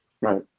Right